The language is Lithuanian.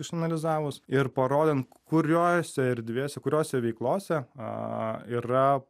išanalizavus ir parodant kuriuose erdvėse kuriose veiklose a yra